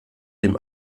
dem